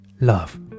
love